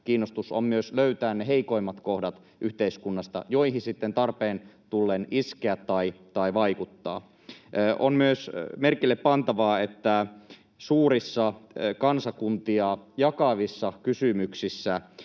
kiinnostus on myös löytää yhteiskunnasta ne heikoimmat kohdat, joihin sitten tarpeen tullen iskeä tai vaikuttaa. On myös merkille pantavaa, että suurissa kansakuntia jakavissa kysymyksissä